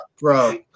bro